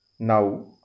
Now